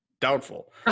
doubtful